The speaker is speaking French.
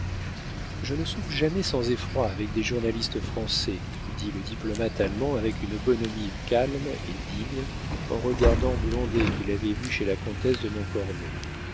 je ne soupe jamais sans effroi avec des journalistes français dit le diplomate allemand avec une bonhomie calme et digne en regardant blondet qu'il avait vu chez la comtesse de montcornet